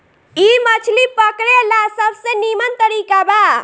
इ मछली पकड़े ला सबसे निमन तरीका बा